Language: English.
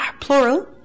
plural